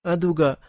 Aduga